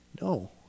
no